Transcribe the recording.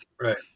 Right